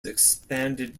expanded